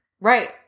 right